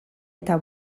eta